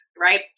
right